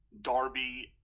Darby